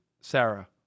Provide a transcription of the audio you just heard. Sarah